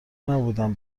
نبودم